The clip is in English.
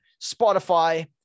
Spotify